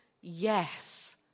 yes